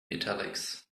italics